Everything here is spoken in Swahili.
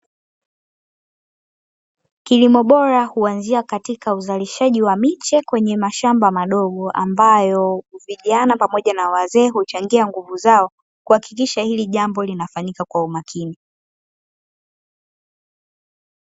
Kilimo bora huanzia katika uzalishaji wa miche kwenye mashamba madog, ambayo vijana pamoja na wazee huchangia nguvu zao kuhakikisha hili jambo linafanyika kwa umakini.